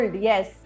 Yes